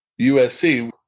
USC